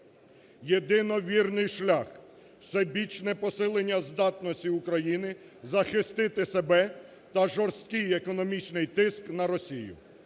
Єдино вірний шлях – всебічне посилення здатності України захистити себе та жорсткий економічний тиск на Росію.